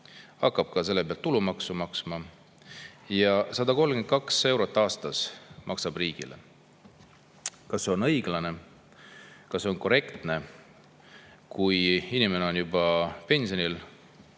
hakkab selle pealt tulumaksu maksma – 132 eurot aastas maksab riigile. Kas see on õiglane, kas see on korrektne, kui inimene on juba pensionil